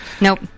Nope